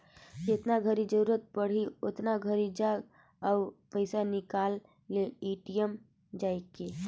जेतना घरी जरूरत पड़ही ओतना घरी जा अउ पइसा निकाल ले ए.टी.एम जायके